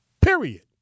Period